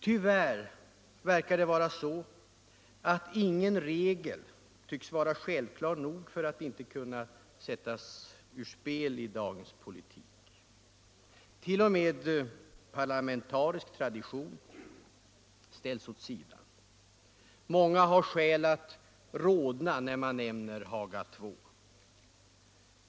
Tyvärr verkar det vara så att ingen regel är självklar nog för att inte kunna sättas ur spel i dagens politik. T. o. m. parlamentarisk tradition ställs åt sidan. Många har skäl att rodna när man nämner Haga II.